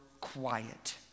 quiet